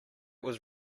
was